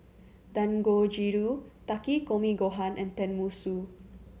Dangojiru Takikomi Gohan and Tenmusu